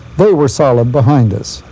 they were solid behind us.